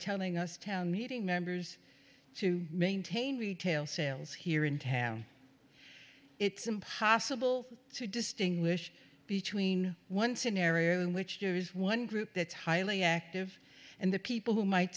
telling us town meeting members to maintain retail sales here in town it's impossible to distinguish between one scenario in which there is one group that's highly active and the people who might